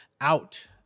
out